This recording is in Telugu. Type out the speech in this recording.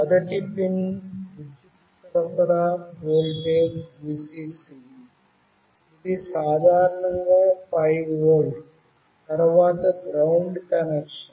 మొదటి పిన్ విద్యుత్ సరఫరా వోల్టేజ్ Vcc ఇది సాధారణంగా 5 వోల్ట్ తరువాత GND కనెక్షన్